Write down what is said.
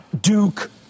Duke